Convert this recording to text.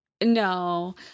No